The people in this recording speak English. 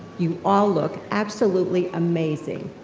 you all look absolutely amazing.